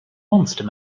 monster